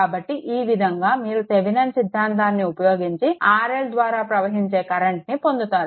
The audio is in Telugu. కాబట్టి ఈ విధంగా మీరు థెవెనిన్ సిద్ధాంతాన్ని ఉపయోగించి RL ద్వారా ప్రవహించే కరెంట్ని పొందుతారు